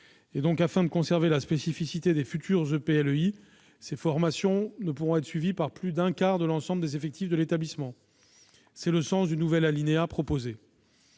Afin de conserver la spécificité des futurs EPLEI, ces formations ne pourront pas être suivies par plus d'un quart de l'ensemble des effectifs de l'établissement. C'est le sens du nouvel alinéa proposé.